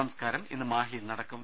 സംസ്കാരം ഇന്ന് മാഹിയിൽ നടക്കും